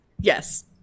Yes